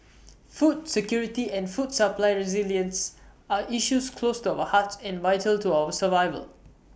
food security and food supply resilience are issues close to our hearts and vital to our survival